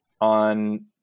on